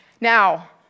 Now